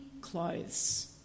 clothes